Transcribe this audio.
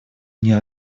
мне